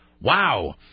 Wow